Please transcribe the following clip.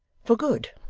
for good?